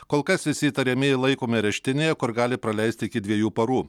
kol kas visi įtariamieji laikomi areštinėje kur gali praleisti iki dviejų parų